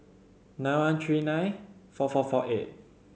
nine one three nine four four four eight